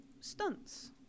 stunts